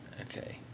Okay